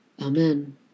Amen